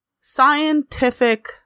scientific